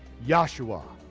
yahshua,